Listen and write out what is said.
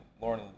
Lauren